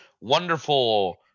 wonderful